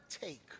take